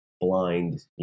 blind